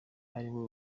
ariwe